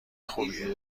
خوبیه